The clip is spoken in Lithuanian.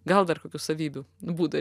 gal dar kokių savybių nu būdo